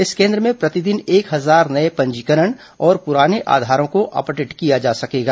इस केन्द्र में प्रतिदिन एक हजार नये पंजीकरण और प्राने आधारों को अपडेट किया जा सकेगा